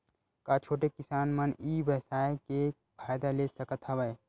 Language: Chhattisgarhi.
का छोटे किसान मन ई व्यवसाय के फ़ायदा ले सकत हवय?